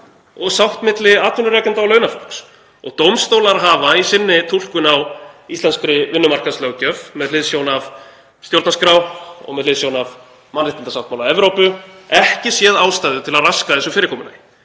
og sátt milli atvinnurekenda og launafólks. Dómstólar hafa í sinni túlkun á íslenskri vinnumarkaðslöggjöf, með hliðsjón af stjórnarskrá og með hliðsjón af Mannréttindasáttmála Evrópu, ekki séð ástæðu til að raska þessu fyrirkomulagi.